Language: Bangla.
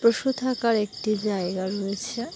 পশু থাকার একটি জায়গা রয়েছে